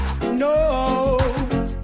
no